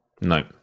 No